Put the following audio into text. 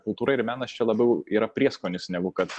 kultūra ir menas čia labiau yra prieskonis negu kad